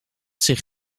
zich